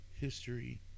history